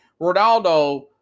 Ronaldo